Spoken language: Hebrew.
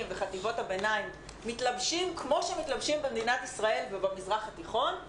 וחטיבות הביניים מתלבשים כפי שמתלבשים במדינת ישראל ובמזרח התיכון,